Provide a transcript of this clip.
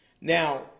Now